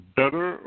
better